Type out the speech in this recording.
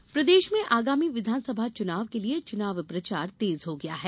चुनाव दौरे प्रदेश में आगामी विधानसभा चुनाव के लिए चुनाव प्रचार तेज हो गया है